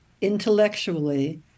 intellectually